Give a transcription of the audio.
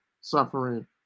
suffering